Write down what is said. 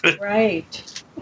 Right